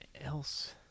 else